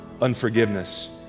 unforgiveness